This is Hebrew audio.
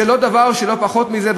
וזה לא דבר שהוא פחות מזה.